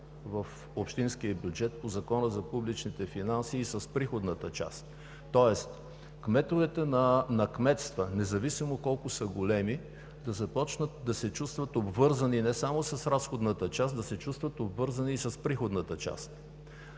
в общинския бюджет по Закона за публичните финанси и с приходната част. Тоест кметовете на кметствата, независимо колко са големи, да започнат да се чувстват обвързани не само с разходната част, но и с приходната част.